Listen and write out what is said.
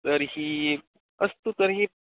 तर्हि अस्तु तर्हि